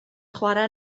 chwarae